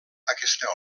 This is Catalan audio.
aquesta